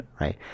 Right